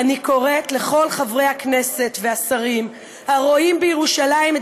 אני קוראת לכל חברי הכנסת והשרים הרואים בירושלים את